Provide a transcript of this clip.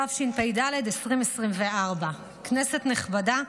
התשפ"ד 2024. כנסת נכבדה.